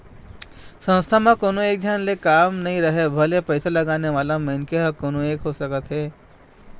संस्था म कोनो एकझन ले काम नइ राहय भले पइसा लगाने वाला मनखे ह कोनो एक हो सकत हे